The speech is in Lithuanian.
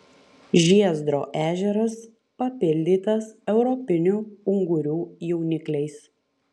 žiezdro ežeras papildytas europinių ungurių jaunikliais